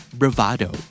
bravado